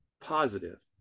positive